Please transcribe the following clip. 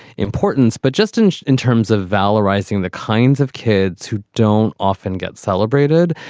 importance. but justin, in terms of valorize, seeing the kinds of kids who don't often get celebrated.